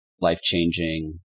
life-changing